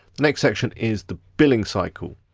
next section is the billing cycle.